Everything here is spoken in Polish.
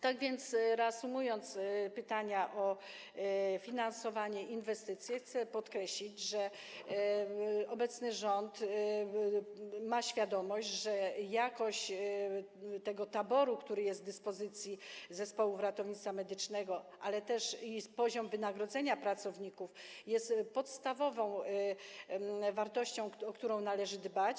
Tak więc, reasumując pytania o finansowanie inwestycji, chcę podkreślić, że obecny rząd ma świadomość, że jakość tego taboru, który jest w dyspozycji zespołów ratownictwa medycznego, ale też poziom wynagrodzenia pracowników są podstawową wartością, o którą należy dbać.